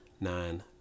nine